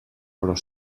però